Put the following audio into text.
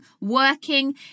working